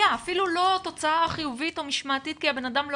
למישהו ממשרד החינוך אפילו לא תוצאה חיובית או משמעתית כי האדם לא